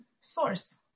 source